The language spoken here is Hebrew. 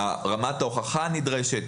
רמת ההוכחה הנדרשת,